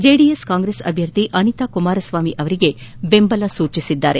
JDS Congress ಅಭ್ಯರ್ಥಿ ಅನಿತಾ ಕುಮಾರಸ್ವಾಮಿ ಅವರಿಗೆ ಬೆಂಬಲ ಸೂಚಿಸಿದ್ದಾರೆ